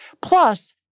Plus